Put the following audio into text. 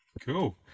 Cool